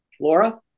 Laura